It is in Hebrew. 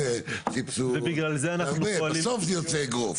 סבסוד, ובסוף זה יוצא אגרוף.